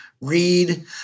read